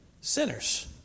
Sinners